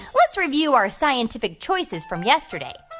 let's review our scientific choices from yesterday.